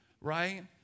Right